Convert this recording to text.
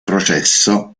processo